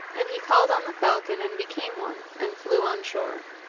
and he called on the falcon and became one and flew on shore.